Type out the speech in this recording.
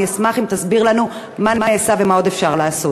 ואני אשמח אם תסביר לנו מה נעשה ומה עוד אפשר לעשות.